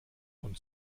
und